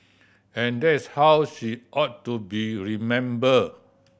and that's how she ought to be remembered